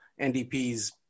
NDP's